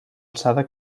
alçada